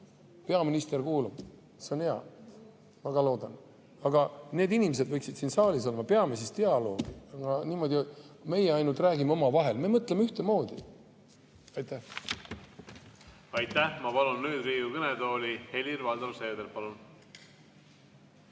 Peaminister kuulab, see on hea, ma ka loodan. Aga need inimesed võiksid siin saalis olla, peame siis dialoogi. Meie ainult räägime omavahel, aga me mõtleme ühtemoodi. Aitäh! Aitäh! Ma palun nüüd Riigikogu kõnetooli Helir-Valdor Seederi. Palun!